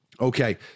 Okay